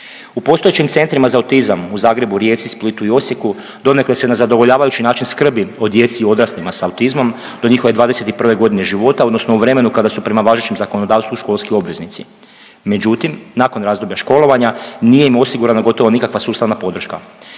U postojećim centrima za autizam u Zagrebu, Rijeci, Splitu i Osijeku, donekle se na zadovoljavajući način skrbi o djeci i odraslima s autizmom, do njihove 21. g. života odnosno u vremenu kada su prema važećem zakonodavstvu školski obveznici. Međutim, nakon razdoblja školovanja, nije im osigurana gotovo nikakva sustavna podrška.